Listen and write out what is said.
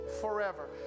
forever